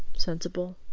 sensible,